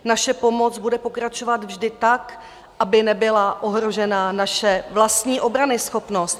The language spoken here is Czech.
Naše pomoc bude pokračovat vždy tak, aby nebyla ohrožena naše vlastní obranyschopnost.